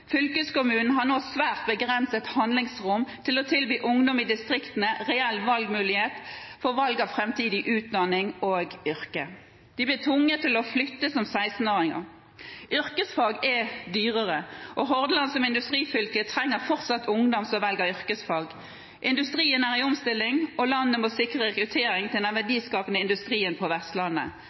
Fylkeskommunen har nå et svært begrenset handlingsrom til å tilby ungdom i distriktene reell mulighet for valg av framtidig utdanning og yrke. De blir tvunget til å flytte som 16-åringer. Yrkesfag er dyrere, og Hordaland som industrifylke trenger fortsatt ungdom som velger yrkesfag. Industrien er i omstilling og landet må sikre rekruttering til den verdiskapende industrien på Vestlandet.